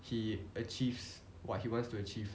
he achieves what he wants to achieve